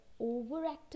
overactive